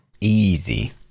Easy